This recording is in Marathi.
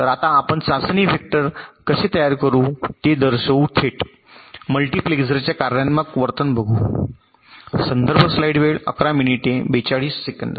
तर आता आपण चाचणी वेक्टर कसे तयार करू ते दर्शवू थेट मल्टीपेक्सरच्या कार्यात्मक वर्तन बघू